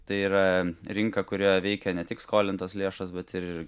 tai yra rinka kurioje veikia ne tik skolintos lėšos bet ir